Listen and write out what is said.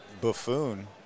buffoon